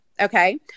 okay